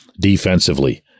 defensively